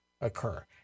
occur